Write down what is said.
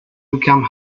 become